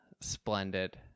splendid